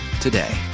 today